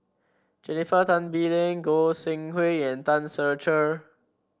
Jennifer Tan Bee Leng Goi Seng Hui and Tan Ser Cher